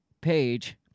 page